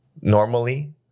normally